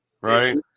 right